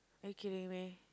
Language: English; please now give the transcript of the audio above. are you kidding me